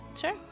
Sure